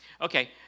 Okay